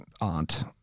aunt